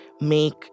make